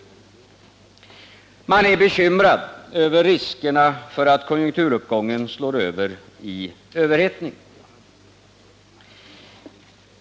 Man är bekymrad över riskerna för att konjunkturuppgången slår över i överhettning.